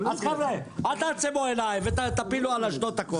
אל תעצמו עיניים ותפילו הכול על אשדוד.